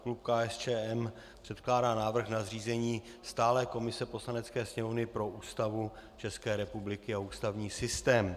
Klub KSČM předkládá návrh na zřízení stálé komise Poslanecké sněmovny pro Ústavu České republiky a ústavní systém.